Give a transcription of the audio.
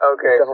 Okay